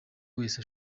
wese